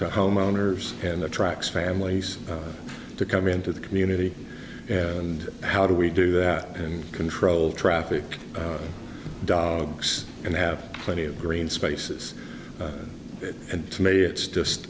to homeowners and attracts families to come into the community and how do we do that and control traffic dogs and have plenty of green spaces and to me it's just